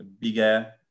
bigger